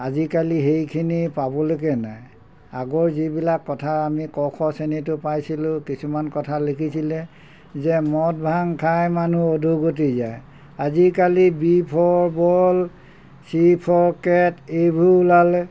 আজিকালি সেইখিনি পাবলৈকে নাই আগৰ যিবিলাক কথা আমি ক খ শ্ৰেণীটো পাইছিলোঁ কিছুমান কথা লিখিছিলে যে মদ ভাং খাই মানুহ অধুগতি যায় আজিকালি B for ball C for cat এইবোৰ ওলালে